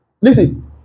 Listen